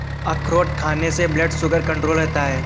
अखरोट खाने से ब्लड शुगर कण्ट्रोल रहता है